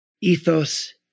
ethos